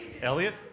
Elliot